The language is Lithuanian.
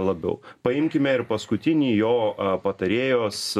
labiau paimkime ir paskutinį jo patarėjos